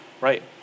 right